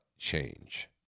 change